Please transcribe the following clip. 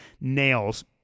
nails